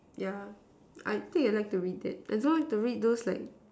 yeah I think I like to read that as long to read those like